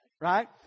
right